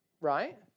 Right